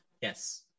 Yes